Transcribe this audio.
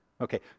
Okay